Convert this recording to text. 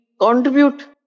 contribute